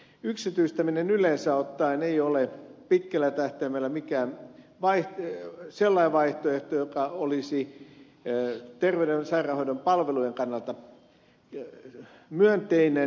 yksityistäminen yleensä ottaen ei ole pitkällä tähtäimellä mikään sellainen vaihtoehto joka olisi terveyden ja sairaanhoidon palvelujen kannalta myönteinen